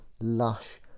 lush